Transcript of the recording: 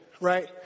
right